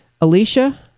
Alicia